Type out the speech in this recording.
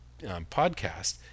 podcast